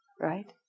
Right